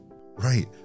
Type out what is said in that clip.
Right